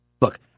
look